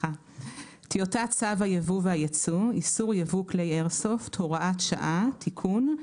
טיוטת צו היבוא והיצוא (איסור יבוא כלי איירסופט) (הוראת שעה (תיקון),